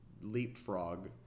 leapfrog